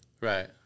Right